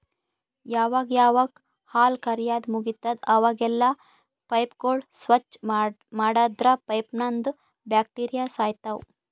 ಯಾವಾಗ್ ಯಾವಾಗ್ ಹಾಲ್ ಕರ್ಯಾದ್ ಮುಗಿತದ್ ಅವಾಗೆಲ್ಲಾ ಪೈಪ್ಗೋಳ್ ಸ್ವಚ್ಚ್ ಮಾಡದ್ರ್ ಪೈಪ್ನಂದ್ ಬ್ಯಾಕ್ಟೀರಿಯಾ ಸಾಯ್ತವ್